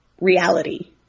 reality